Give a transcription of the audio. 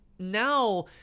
Now